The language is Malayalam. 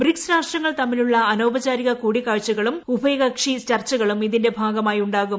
ബ്രിക്സ് രാഷ്ട്രങ്ങൾ തമ്മിലുള്ള അനൌപചാരിക കൂടിക്കാഴ്ചകളും ഉഭയകക്ഷി ചർച്ചകളും ഇതിന്റെ ഭാഗമായി ഉണ്ടാകും